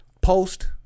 Post